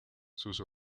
sus